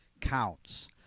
counts